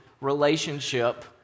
relationship